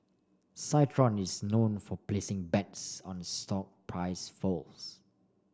citron is known for placing bets on stock price falls